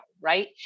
right